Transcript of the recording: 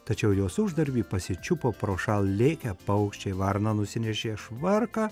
tačiau jos uždarbį pasičiupo prošal lėkę paukščiai varna nusinešė švarką